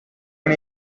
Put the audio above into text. can